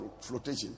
flotation